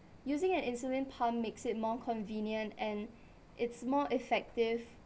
using an insulin pump makes it more convenient and it's more effective